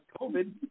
COVID